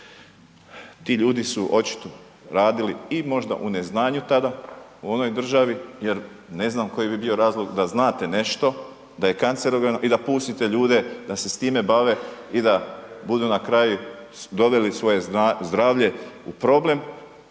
ti ljudi su očito radili i možda u neznanju tada u onoj državi jer ne znam koji bi bio razlog da znate nešto da je kancerogeno i da pustite ljude da se s time bave i da budu na kraju doveli svoje zdravlje u problem,